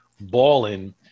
balling